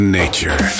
nature